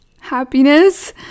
happiness